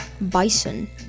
Bison